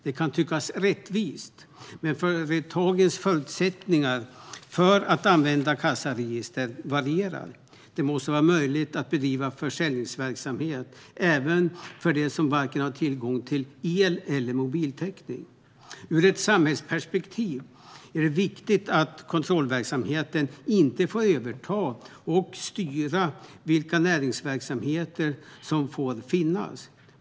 Detta kan tyckas rättvist, men företagens förutsättningar för att använda kassaregister varierar. Det måste vara möjligt att bedriva försäljningsverksamhet även för dem som inte har tillgång till vare sig el eller mobiltäckning. Ur ett samhällsperspektiv är det viktigt att kontrollverksamheten inte får överta och styra vilka näringsverksamheter som får finnas.